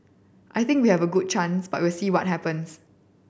I think we have a good chance but we'll see what happens